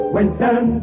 Winston